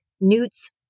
newts